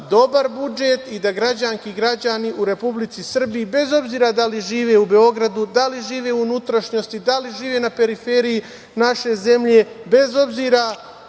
dobar budžet i da građanke i građani u Republici Srbiji, bez obzira da li žive u Beogradu, da li žive u unutrašnjosti, da li žive na periferiji naše zemlje, bez obzira